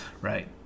right